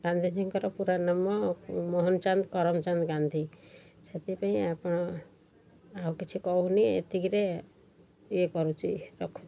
ଗାନ୍ଧୀଜୀଙ୍କର ପୁରା ନାମ ମୋହନ ଚାନ୍ଦ କରମଚାନ୍ଦ ଗାନ୍ଧୀ ସେଥିପାଇଁ ଆପଣ ଆଉ କିଛି କହୁନି ଏତିକିରେ ଇଏ କରୁଛି ରଖୁଛି